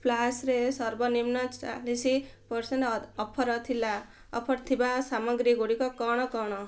ଫ୍ଲାସ୍କରେ ସର୍ବନିମ୍ନ ଚାଳିଶ percent offer ଥିବା ସାମଗ୍ରୀ ଗୁଡ଼ିକ କ'ଣ କ'ଣ